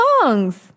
songs